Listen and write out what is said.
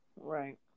Right